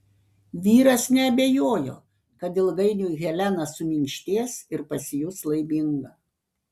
vyras neabejojo kad ilgainiui helena suminkštės ir pasijus laiminga